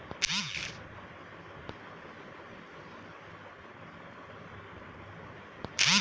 सब्जी के फिज में रखला पर केतना समय तक बचल रहेला?